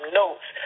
notes